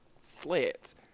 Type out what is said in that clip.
sleds